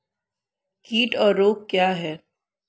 कीट और रोग क्या हैं?